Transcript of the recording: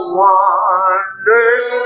wonders